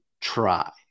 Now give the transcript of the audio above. try